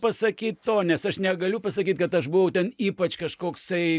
pasakyt to nes aš negaliu pasakyt kad aš buvau ten ypač kažkoksai